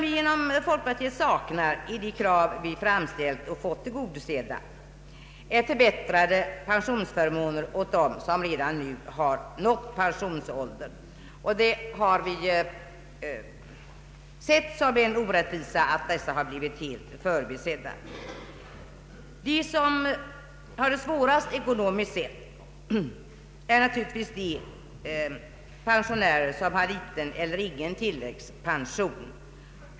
Vad vi i folkpartiet saknar bland de krav vi fått tillgodosedda är förbättrade pensionsförmåner åt dem som redan nu har nått pensionsåldern. Vi har betraktat det som en orättvisa att dessa har blivit helt förbisedda. De som har det svårast ekonomiskt sett är naturligtvis de pensionärer som har liten eller ingen tilläggspension.